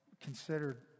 considered